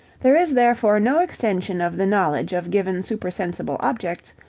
there is therefore no extension of the knowledge of given supersensible objects,